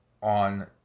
on